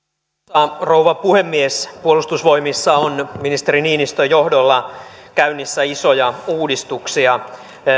arvoisa rouva puhemies puolustusvoimissa on ministeri niinistön johdolla käynnissä isoja uudistuksia